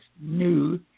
new